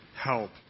Help